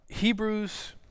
Hebrews